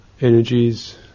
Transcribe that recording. energies